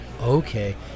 okay